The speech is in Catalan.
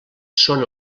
són